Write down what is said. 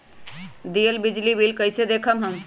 दियल बिजली बिल कइसे देखम हम?